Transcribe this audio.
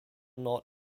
not